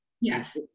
yes